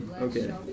Okay